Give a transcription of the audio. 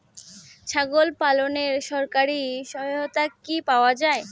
ছাগল পালনে সরকারি সহায়তা কি পাওয়া যায়?